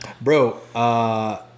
bro